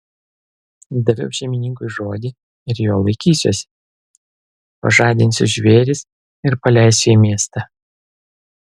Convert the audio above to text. daviau šeimininkui žodį ir jo laikysiuosi pažadinsiu žvėris ir paleisiu į miestą